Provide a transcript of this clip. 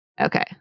Okay